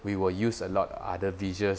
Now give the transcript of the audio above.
we will use a lot of other visuals